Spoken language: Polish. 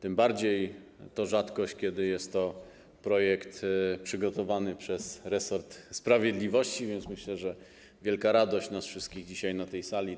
Tym bardziej to rzadkość, kiedy jest to projekt przygotowany przez resort sprawiedliwości, więc myślę, że wielka radość nas wszystkich dzisiaj na tej sali